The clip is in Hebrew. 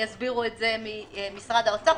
יסבירו את זה אנשי משרד האוצר.